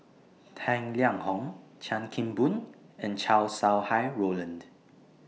Tang Liang Hong Chan Kim Boon and Chow Sau Hai Roland